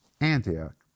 Antioch